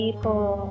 People